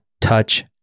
touch